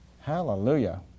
Hallelujah